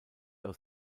aus